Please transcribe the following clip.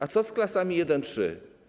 A co z klasami I-III?